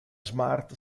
smart